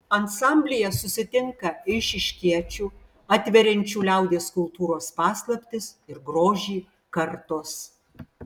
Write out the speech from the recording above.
ansamblyje susitinka eišiškiečių atveriančių liaudies kultūros paslaptis ir grožį kartos